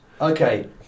Okay